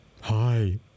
Hi